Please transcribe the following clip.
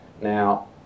Now